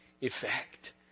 effect